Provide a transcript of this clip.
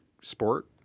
sport